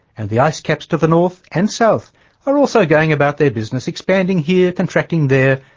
and the icecaps to the north and south are also going about their business expanding here, contracting there,